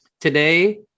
Today